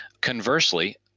Conversely